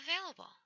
Available